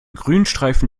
grünstreifen